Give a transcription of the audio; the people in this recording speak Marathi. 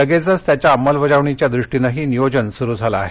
लगेचच त्याच्या अंमलबजावणीच्या द्रष्टीनंही नियोजन सुरु झालं आहे